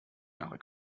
jahre